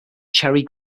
cherry